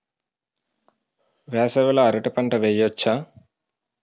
వేసవి లో అరటి పంట వెయ్యొచ్చా?